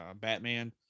Batman